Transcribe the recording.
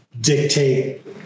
dictate